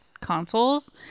consoles